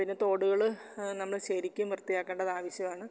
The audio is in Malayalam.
പിന്നെ തോടുകൾ നമ്മൾ ശരിക്കും വൃത്തിയാക്കേണ്ടതാവശ്യമാണ്